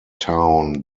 town